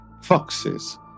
foxes